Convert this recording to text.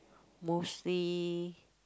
mostly